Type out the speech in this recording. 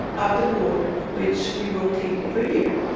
of the board, which we rotate every year,